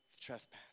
trespass